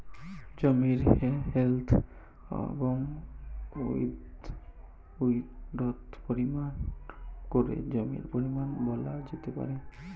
জমির লেন্থ এবং উইড্থ পরিমাপ করে জমির পরিমান বলা যেতে পারে